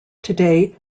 today